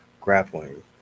grappling